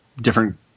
different